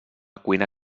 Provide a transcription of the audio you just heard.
cuina